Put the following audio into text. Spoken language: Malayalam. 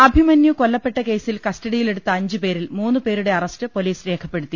അഭിമന്യു കൊല്ലപ്പെട്ട കേസിൽ കസ്റ്റഡിയിലെടുത്ത അഞ്ചു പേരിൽ മൂന്നു പേരുടെ അറസ്റ്റ് പൊലീസ് രേഖപ്പെടുത്തി